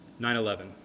9-11